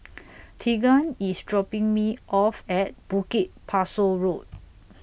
Tegan IS dropping Me off At Bukit Pasoh Road